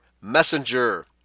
messenger